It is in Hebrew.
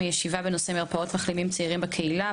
מישיבה בנושא מרפאות המחלימים לצעירים בקהילה,